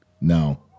no